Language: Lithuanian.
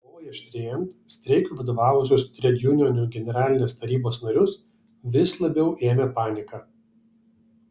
kovai aštrėjant streikui vadovavusius tredjunionų generalinės tarybos narius vis labiau ėmė panika